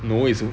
no it's no~